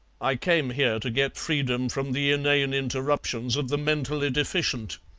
i came here to get freedom from the inane interruptions of the mentally deficient,